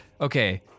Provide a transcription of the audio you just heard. okay